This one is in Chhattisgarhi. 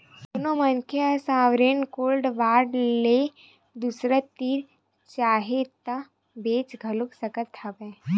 कोनो मनखे ह सॉवरेन गोल्ड बांड ल दूसर तीर चाहय ता बेंच घलो सकत हवय